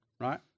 right